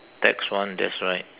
tax one that's right